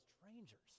strangers